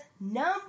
number